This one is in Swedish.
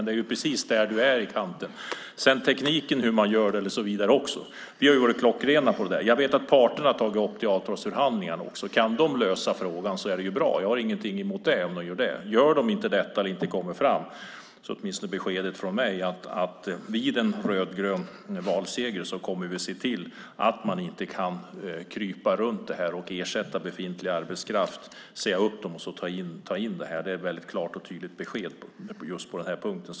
Det är dock precis i kanten av det han är. Vi har varit klockrena i detta. Jag vet att parterna har tagit upp det i avtalsförhandlingarna. Om de kan lösa frågan är det bra. Jag har inget emot det. Om de inte gör det och inte kommer framåt är beskedet från mig att vid en rödgrön valseger kommer vi att se till att man inte kan krypa runt detta och säga upp och ersätta befintlig arbetskraft med personal från bemanningsföretag. Det är ett klart och tydligt besked.